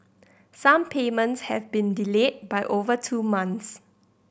some payments have been delayed by over two months